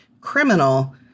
criminal